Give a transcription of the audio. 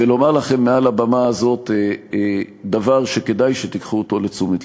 ואני רוצה לומר לכם מעל הבמה הזאת דבר שכדאי שתיקחו אותו לתשומת לבכם: